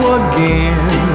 again